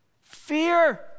Fear